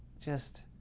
just,